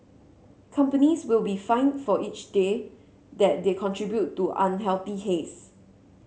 companies will be fined for each day that they contribute to unhealthy haze